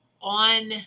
on